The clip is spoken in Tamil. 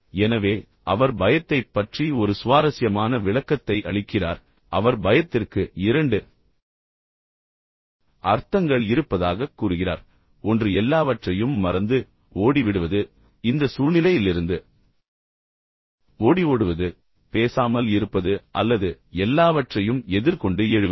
எனவே அவர் பயத்தைப் பற்றி ஒரு சுவாரஸ்யமான விளக்கத்தை அளிக்கிறார் அவர் பயத்திற்கு இரண்டு அர்த்தங்கள் இருப்பதாகக் கூறுகிறார் ஒன்று எல்லாவற்றையும் மறந்து ஓடி விடுவது இந்த சூழ்நிலையிலிருந்து ஓடி ஓடுவது பேசாமல் இருப்பது அல்லது எல்லாவற்றையும் எதிர்கொண்டு எழுவது